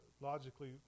logically